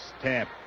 step